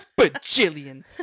bajillion